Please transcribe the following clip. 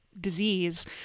disease